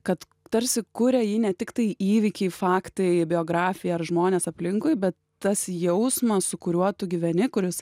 kad tarsi kuria jį ne tiktai įvykiai faktai biografija ar žmonės aplinkui bet tas jausmas su kuriuo tu gyveni kuris